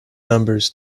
numbers